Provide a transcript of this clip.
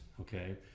Okay